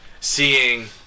seeing